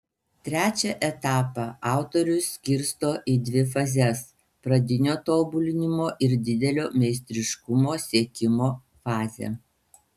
trečią etapą autorius skirto į dvi fazes pradinio tobulinimo ir didelio meistriškumo siekimo fazę